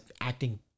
acting